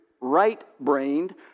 right-brained